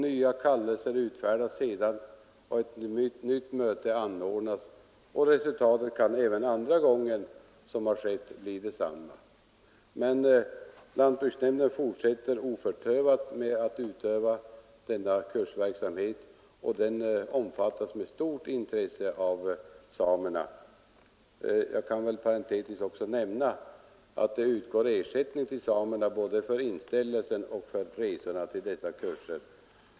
Nya kallelser utfärdas sedan och ett nytt möte anordnas. Resultatet kan även andra gången bli detsamma. Men lantbruksnämnden fortsätter oförtövat med att bedriva denna kursverksamhet, och den omfattas med stort intresse av samerna. Inom parentes kan jag också nämna att ersättning utgår till samerna både för inställelse och resor till dessa kurser.